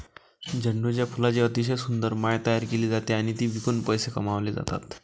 झेंडूच्या फुलांची अतिशय सुंदर माळ तयार केली जाते आणि ती विकून पैसे कमावले जातात